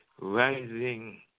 rising